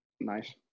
Nice